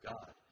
God